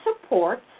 supports